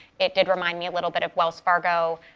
it did remind me a little bit of wells fargo.